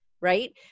right